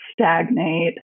stagnate